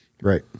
Right